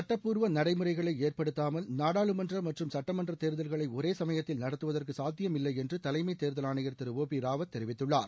சட்டப்பூர்வ நடைமுறைகளை ஏற்படுத்தாமல் நாடாளுமன்ற மற்றும் சட்டமன்ற தேர்தல்களை ஒரே சுமயத்தில் நடத்துவதற்கு சாத்தியமில்லை என்று தலைமைத் தேர்தல் ஆணையர் திரு ஆ பி ராவத் தெரிவித்துள்ளார்